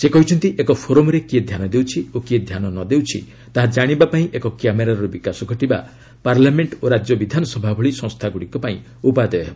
ସେ କହିଛନ୍ତି ଏକ ଫୋରମ୍ରେ କିଏ ଧ୍ୟାନ ଦେଉଛି ଓ କିଏ ଧ୍ୟାନ ନ ଦେଉଛି ତାହା ଜାଣିବାପାଇଁ ଏକ କ୍ୟାମେରାର ବିକାଶ ଘଟିବା ପାର୍ଲାମେଣ୍ଢ ଓ ରାଜ୍ୟ ବିଧାନସଭା ଭଳି ସଂସ୍ଥାଗୁଡ଼ିକ ପାଇଁ ଉପାଦେୟ ହେବ